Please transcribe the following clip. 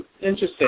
Interesting